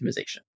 optimization